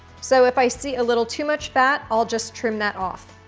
so if i see a little too much fat, i'll just trim that off.